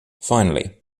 finally